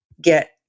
get